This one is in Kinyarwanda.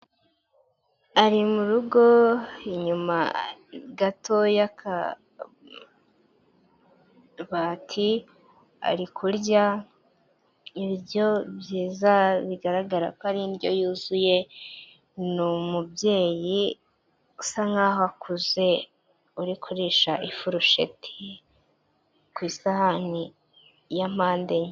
Ari muru rugo inyuma gato y'akabati, ari kurya ibiryo byiza bigaragara ko ari indyo yuzuye, ni umubyeyi usa nkaho akuze uri kurisha ifurusheti ku isahani ya mpande enye.